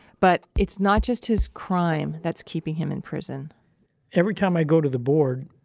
but, it's not just his crime that's keeping him in prison every time i go to the board,